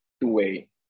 two-way